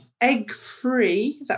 egg-free